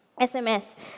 SMS